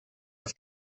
auf